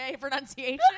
pronunciation